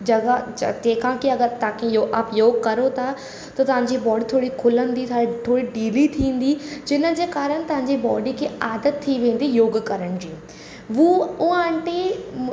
जॻहि जेका की अगरि तव्हांखे इहो अप योगु करो था त तव्हांजी बॉडी थोरी खुलंदी थोरी ढिली थींदी जिनि जे कारणु तव्हांजी बॉडी खे आदत थी वेंदी योगु करण जी वू हूअ आंटी